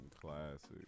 classic